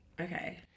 Okay